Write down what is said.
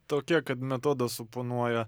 tokia kad metodas suponuoja